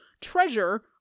treasure